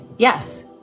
Yes